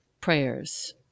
prayers